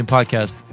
Podcast